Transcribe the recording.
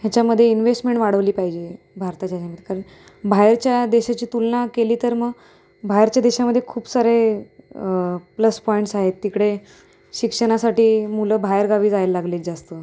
ह्याच्यामध्ये इन्व्हेस्टमेंट वाढवली पाहिजे भारताच्या कारण बाहेरच्या देशाची तुलना केली तर मग बाहेरच्या देशामध्ये खूप सारे प्लस पॉईंट्स आहेत तिकडे शिक्षणासाठी मुलं बाहेरगावी जायला लागलेत जास्त